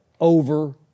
over